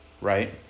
Right